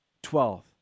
Twelfth